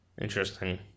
Interesting